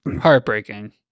Heartbreaking